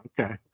Okay